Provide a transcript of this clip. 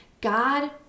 God